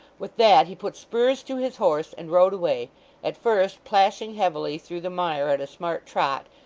with that he put spurs to his horse, and rode away at first plashing heavily through the mire at a smart trot,